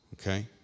okay